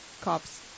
cops